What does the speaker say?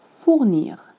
fournir